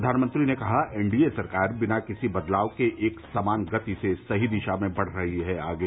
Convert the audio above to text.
प्रधानमंत्री ने कहा एन डी ए सरकार बिना किसी बदलाव के एक समान गति से सही दिशा में बढ़ रही है आगे